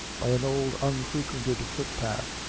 by an old unfrequented footpath,